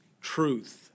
truth